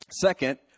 Second